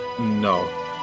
No